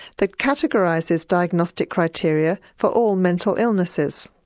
that categorises diagnostic criteria for all mental illnesses.